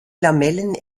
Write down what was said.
lamellen